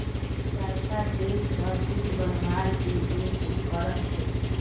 चरखा रेशा स सूत बनवार के एक उपकरण छेक